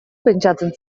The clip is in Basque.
pentsatzen